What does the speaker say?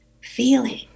feeling